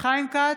חיים כץ,